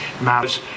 matters